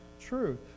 truth